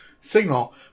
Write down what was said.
signal